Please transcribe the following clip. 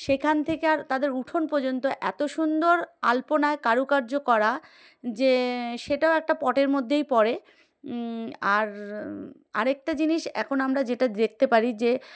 সেখান থেকে আর তাদের উঠোন পর্যন্ত এত সুন্দর আল্পনায় কারুকার্য করা যে সেটাও একটা পটের মধ্যেই পড়ে আর আরেকটা জিনিস এখন আমরা যেটা দেখতে পারি যে